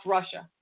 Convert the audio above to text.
Russia